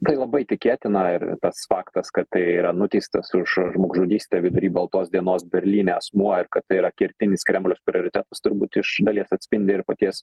tai labai tikėtina ir tas faktas kad tai yra nuteistas už žmogžudystę vidury baltos dienos berlyne asmuo ir kad tai yra kertinis kremliaus prioritetas turbūt iš dalies atspindi ir paties